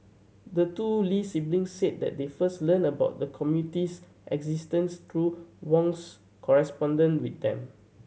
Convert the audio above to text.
the two Lee siblings said that they first learned about the committee's existence through Wong's correspondence with them